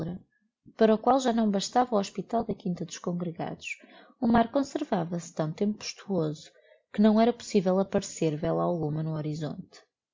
o hospital da quinta dos congregados o mar conservava-se tão tempestuoso que não era possivel apparecer véla alguma no horisonte